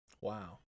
Wow